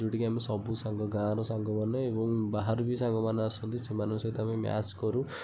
ଯେଉଁଠିକି ଆମ ସବୁ ସାଙ୍ଗ ଗାଁର ସାଙ୍ଗମାନେ ଏବଂ ବାହାରୁ ବି ସାଙ୍ଗମାନେ ଆସନ୍ତି ସେମାନଙ୍କ ସହିତ ଆମେ ମ୍ୟାଚ୍ କରୁ